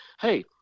hey